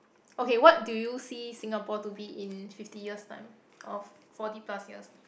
okay what do you see Singapore to be in fifty years time or forty plus years